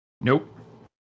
Nope